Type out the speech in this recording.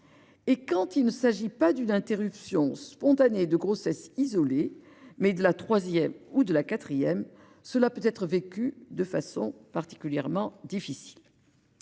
Et quand il s'agit non pas d'une interruption spontanée de grossesse isolée, mais de la troisième ou de la quatrième, elle peut être vécue de façon particulièrement difficile.